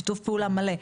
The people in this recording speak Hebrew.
שיתוף פעולה מלא,